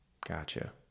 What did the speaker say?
Gotcha